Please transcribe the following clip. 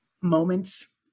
moments